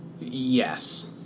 Yes